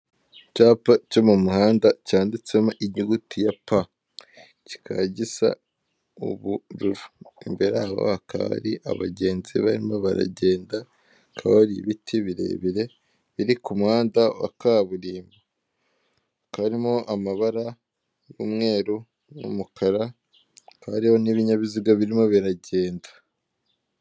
Icyapa cyo mu muhanda cyanditsemo inyuguti ya pa kika gisa ubururu, imbere haka hari abagenzi barimo baragenda hakaba hari ibiti birebire biri ku muhanda wa kaburimbo, hakaba harimo amabara y'umweruru n'umukara hariho n'ibinyabiziga birimo biragenda.